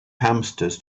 hamsters